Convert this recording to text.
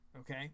Okay